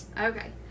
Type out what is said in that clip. Okay